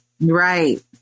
Right